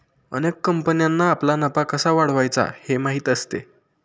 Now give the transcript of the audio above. अनेक कंपन्यांना आपला नफा कसा वाढवायचा हे माहीत असते